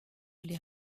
les